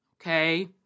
Okay